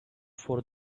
for